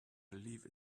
believe